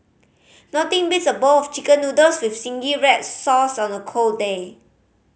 nothing beats a bowl of Chicken Noodles with zingy red sauce on a cold day